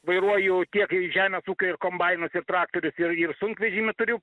vairuoju tiek ir žemės ūkio ir kombainus ir traktorius ir ir sunkvežimį turiu